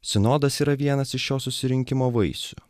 sinodas yra vienas iš šio susirinkimo vaisių